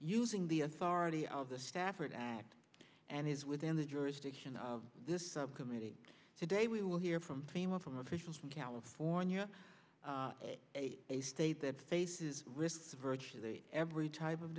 using the authority of the stafford act and is within the jurisdiction of this subcommittee today we will hear from team up from officials from california a state that faces risk virtually every type of